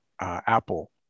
Apple